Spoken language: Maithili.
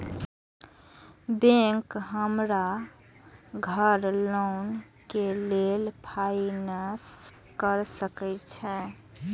बैंक हमरा घर लोन के लेल फाईनांस कर सके छे?